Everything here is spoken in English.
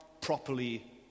properly